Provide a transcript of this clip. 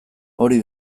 hori